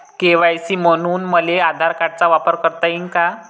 KYC म्हनून मले आधार कार्डाचा वापर करता येईन का?